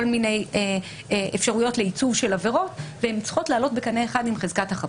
מיני אפשרויות לעיצוב של עבירות והן צריכות לעלות בקנה אחד עם חזקת החפות.